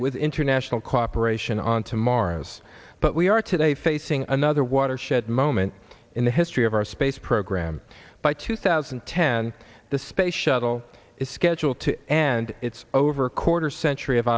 with international cooperation on to mars but we are today facing another watershed moment in the history of our space program by two thousand and ten the space shuttle is scheduled to end its over quarter century of